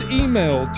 email